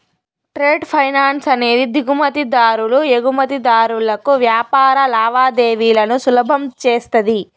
trade finance అనేది దిగుమతి దారులు ఎగుమతిదారులకు వ్యాపార లావాదేవీలను సులభం చేస్తది